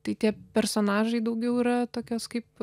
tai tie personažai daugiau yra tokios kaip